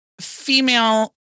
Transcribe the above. female